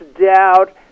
doubt